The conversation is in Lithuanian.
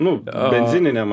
nu benzininiam